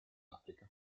africa